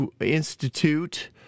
institute